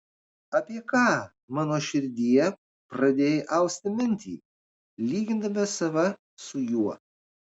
apie ką mano širdie pradėjai austi mintį lygindama save su juo